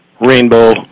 rainbow